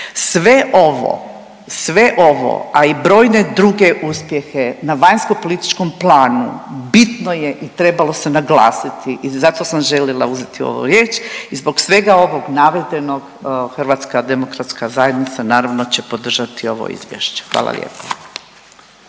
Sve ovo, a i brojne druge uspjehe na vanjsko-političkom planu bitno je i trebalo se naglasiti i zato sam željela uzeti ovdje riječ. I zbog svega ovog navedenog Hrvatska demokratska zajednica naravno će podržati ovo Izvješće. Hvala lijepo.